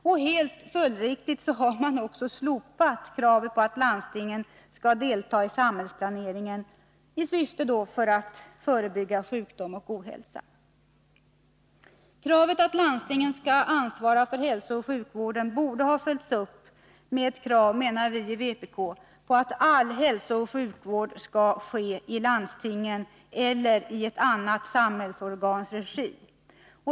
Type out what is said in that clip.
Och helt följdriktigt har man också slopat kraven på att landstingen skall delta i samhällsplaneringen — i syfte att förebygga sjukdom och ohälsa. Kravet att landstinget skall ansvara för hälsooch sjukvården borde — menar vi i vpk — ha följts upp med ett krav på att all hälsooch sjukvård skall ske i landstingens eller annat samhällsorgans regi.